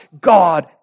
God